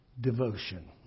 devotion